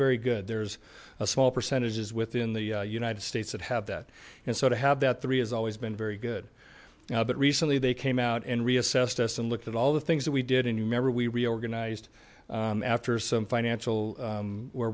very good there's a small percentages within the united states that have that and so to have that three has always been very good now but recently they came out and reassessed us and looked at all the things that we did and you remember we reorganized after some financial where